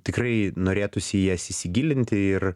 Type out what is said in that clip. tikrai norėtųsi į jas įsigilinti ir